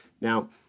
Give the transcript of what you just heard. Now